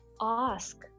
ask